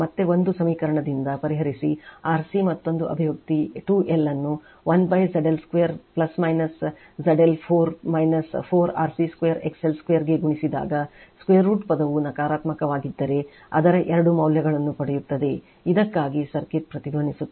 ಆದ್ದರಿಂದ ಮತ್ತೆ 1 ಸಮೀಕರಣದಿಂದ ಪರಿಹರಿಸಿ RC ಮತ್ತೊಂದು ಅಭಿವ್ಯಕ್ತಿ 2 L ಅನ್ನು 1ZL2 ZL 4 4 RC2 XL2 ಗೆ ಗುಣಿಸಿದಾಗ√ ಪದವು ಸಕಾರಾತ್ಮಕವಾಗಿದ್ದರೆ ಅದರ ಎರಡು ಮೌಲ್ಯಗಳನ್ನು ಪಡೆಯುತ್ತದೆ ಇದಕ್ಕಾಗಿ ಸರ್ಕ್ಯೂಟ್ ಪ್ರತಿಧ್ವನಿಸುತ್ತದೆ